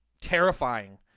terrifying